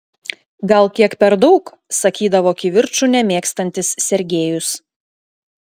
gal kiek per daug sakydavo kivirčų nemėgstantis sergejus